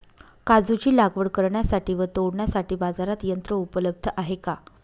काजूची लागवड करण्यासाठी व तोडण्यासाठी बाजारात यंत्र उपलब्ध आहे का?